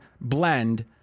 blend